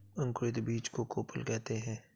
अंकुरित बीज को कोपल कहते हैं